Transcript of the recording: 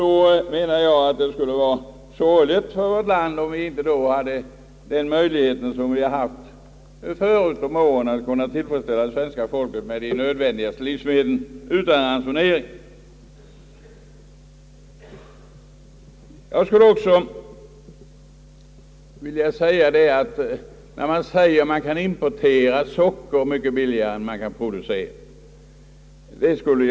Då menar jag att det skulle vara sorgligt för vårt land om vi inte hade samma möjligheter som förut att tillgodose svenska folket med de nödvändigaste livsmedlen utan alltför hård ransonering. Man säger att man kan importera socker mycket billigare än man kan producera socker.